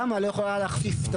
התמ"א באה להשוות את